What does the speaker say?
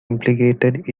implicated